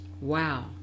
Wow